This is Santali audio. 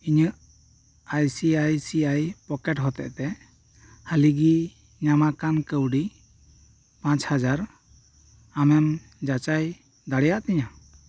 ᱤᱧᱟᱹᱜ I C I C I pocket ᱦᱚᱛᱮᱜ ᱛᱮ ᱦᱟᱹᱞᱤᱜᱤ ᱧᱟᱢ ᱟᱠᱟᱱ ᱠᱟᱹᱣᱰᱤ ᱯᱟᱸᱪ ᱦᱟᱡᱟᱨ ᱟᱢᱮᱢ ᱡᱟᱪᱟᱭ ᱫᱟᱲᱮᱭᱟᱜ ᱛᱤᱧᱟᱹ